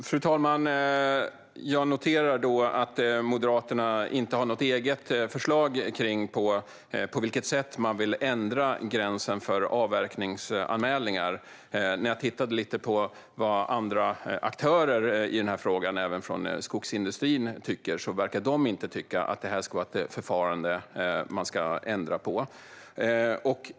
Fru talman! Jag noterar att Moderaterna inte har något eget förslag kring på vilket sätt man vill ändra gränsen för avverkningsanmälan. När jag tittar lite på vad andra aktörer i frågan, även från skogsindustrin, tycker verkar de inte anse att detta förfarande ska ändras.